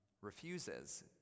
refuses